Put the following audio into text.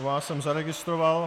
Vás jsem zaregistroval.